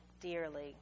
dearly